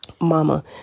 Mama